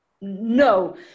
No